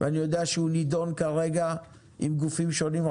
ואני יודע שהוא נידון כרגע עם גופים שונים,